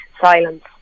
silence